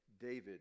David